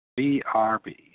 BRB